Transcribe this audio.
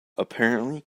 apparently